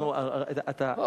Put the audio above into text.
נו, אתה, ולכן,